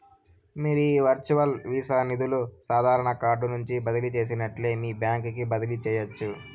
మీరు మీ virtual visa నిదులు సాదారన కార్డు నుంచి బదిలీ చేసినట్లే మీ బాంక్ కి బదిలీ చేయచ్చు